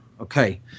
Okay